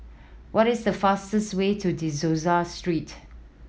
what is the fastest way to De Souza Street